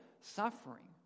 suffering